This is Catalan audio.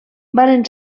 varen